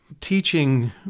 Teaching